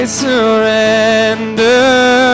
surrender